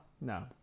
No